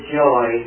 joy